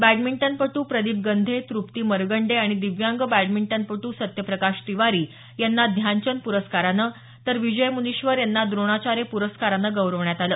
बॅडमिंटनपटू प्रदीप गंधे तुप्ती मरगंडे आणि दिव्यांग बॅडमिंटनपटू सत्यप्रकाश तिवारी यांना ध्यानचंद पुरस्कारानं तर विजय मुनिश्वर यांना द्रोणाचार्य पुरस्कारानं गौरवण्यात आलं